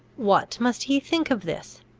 what must he think of this?